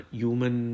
human